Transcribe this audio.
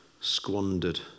squandered